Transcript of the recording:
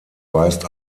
weist